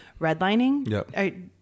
redlining